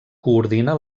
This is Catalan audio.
coordina